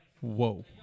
whoa